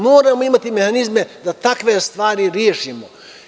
Moramo imati mehanizme da takve stvari rešimo.